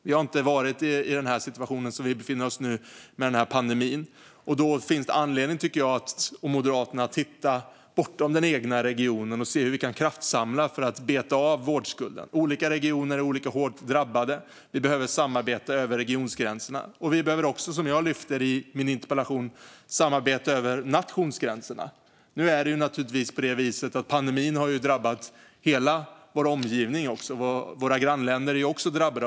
Vi har inte varit i en sådan här situation, med den här pandemin. Då tycker jag och Moderaterna att det finns anledning att se bortom den egna regionen och att se hur vi kan kraftsamla för att beta av vårdskulden. Olika regioner är olika hårt drabbade. Vi behöver samarbeta över regiongränserna. Vi behöver också, som jag lyfter fram i min interpellation, samarbeta över nationsgränserna. Pandemin har naturligtvis drabbat hela vår omgivning. Våra grannländer är också drabbade.